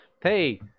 hey